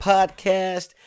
Podcast